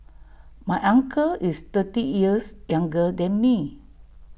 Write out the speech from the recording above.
my uncle is thirty years younger than me